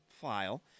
file